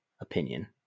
opinion